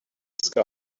sky